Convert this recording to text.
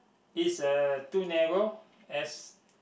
is uh too narrow as